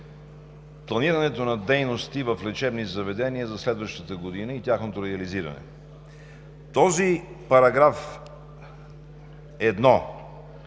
този параграф